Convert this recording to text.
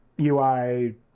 UI